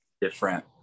different